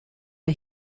der